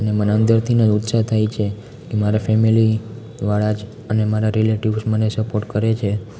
અને મને અંદરથીન જ ઉત્સાહ થાય છે કે મારા ફેમેલીવાળા જ અને મારા રિલેટિવ્સ મને સપોર્ટ કરે છે